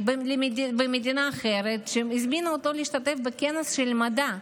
במדינה אחרת כשהזמינו אותו להשתתף בכנס של מדע.